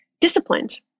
disciplined